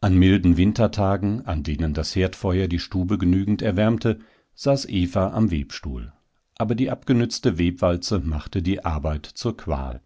an milden wintertagen an denen das herdfeuer die stube genügend erwärmte saß eva am webstuhl aber die abgenützte webwalze machte die arbeit zur qual